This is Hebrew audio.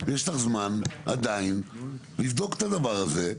יש לך זמן עדיין לבדוק את הדבר הזה.